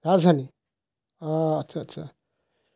ৰাজধানী অঁ আচ্ছা আচ্ছা